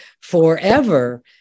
forever